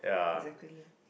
exactly